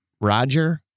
Roger